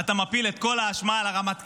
אתה מפיל את כל האשמה על הרמטכ"ל,